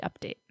update